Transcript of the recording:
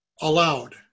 allowed